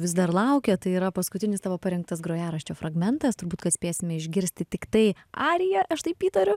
vis dar laukia tai yra paskutinis tavo parinktas grojaraščio fragmentas turbūt kad spėsime išgirsti tiktai ariją aš taip įtariu